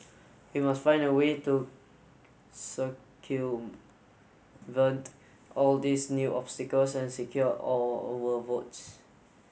we must find a way to circumvent all these new obstacles and secure our our votes